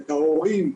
את ההורים,